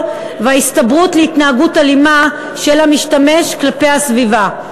וההסתברות להתנהגות אלימה של המשתמש כלפי הסביבה.